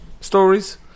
stories